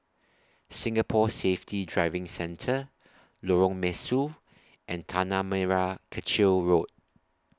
Singapore Safety Driving Centre Lorong Mesu and Tanah Merah Kechil Road